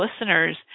listeners